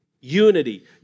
unity